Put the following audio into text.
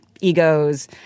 egos